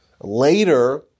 Later